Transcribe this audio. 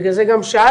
בגלל זה גם שאלתי,